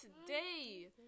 today